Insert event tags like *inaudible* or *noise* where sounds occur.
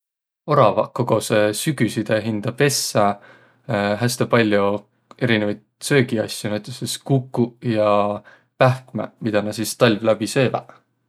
Oravaq kogosõq sügüside hindä pessä *hesitation* häste pall'o erinevit söögiasjo. Näütüses kukuq ja pähkmäq, midä nä sis talv läbi sööväq.